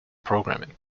programming